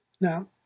Now